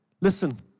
Listen